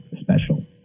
special